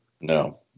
No